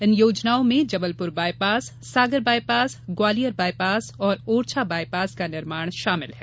इन योजनाओं में Jabalpur bypass Sagar bypass Gwalior bypass और ओरछा बायपास का निर्माण शामिल है